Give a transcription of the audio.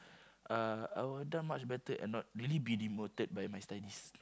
uh I would done much better and not really be demoted by my studies